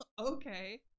Okay